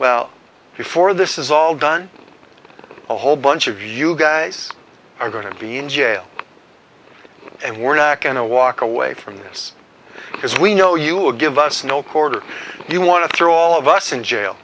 well before this is all done a whole bunch of you guys are going to be in jail and we're not going to walk away from this because we know you will give us no quarter you want to throw all of us in jail